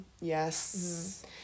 Yes